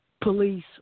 police